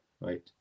right